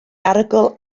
arogl